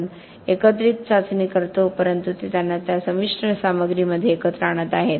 आपण एकत्रित चाचणी करतो परंतु ते त्यांना त्या संमिश्र सामग्रीमध्ये एकत्र आणत आहे